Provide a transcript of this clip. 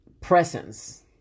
presence